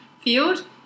field